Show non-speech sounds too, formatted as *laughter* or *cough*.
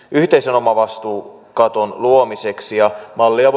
omavastuukaton luomiseksi mallia *unintelligible*